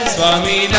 Swami